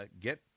get